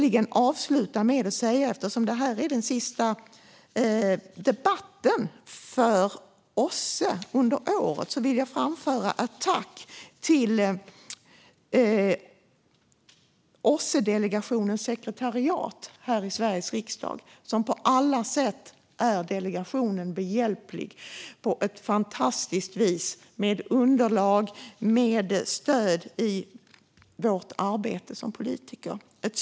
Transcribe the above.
Eftersom det här är den sista debatten för OSSE under året vill jag avsluta med att framföra ett tack till OSSE-delegationens sekretariat här i Sveriges riksdag som är delegationen behjälplig på ett fantastiskt vis med underlag och stöd i vårt arbete som politiker.